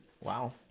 Wow